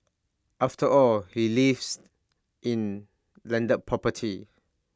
after all he lives in landed property